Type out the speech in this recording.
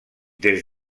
des